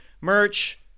merch